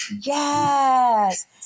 Yes